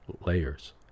layers